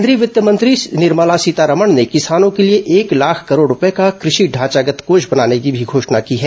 केंद्रीय वित्त मंत्री निर्मला सीतारमण ने किसानों के लिए एक लाख करोड़ रुपये का कृषि ढांचागत कोष बनाने की भी घोषणा की है